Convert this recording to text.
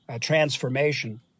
transformation